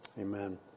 Amen